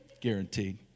Guaranteed